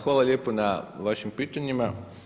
Hvala lijepo na vašim pitanjima.